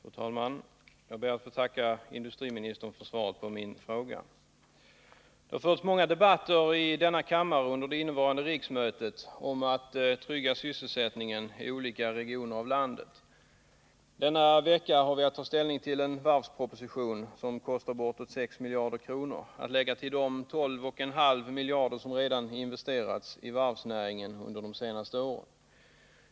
Fru talman! Jag ber att få tacka industriministern för svaret på min interpellation. Det har i denna kammare under det innevarande riksmötet förts många debatter om att trygga sysselsättningen i olika regioner av landet. Denna vecka har vi att ta ställning till en varvsproposition som kostar bortåt 6 miljarder kronor, som skall läggas till de ca 12,5 miljarder som redan investerats i varvsnäringen under de senaste åren.